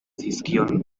zizkion